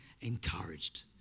encouraged